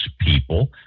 people